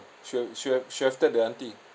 should have should have should have tell the auntie